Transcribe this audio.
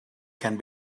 can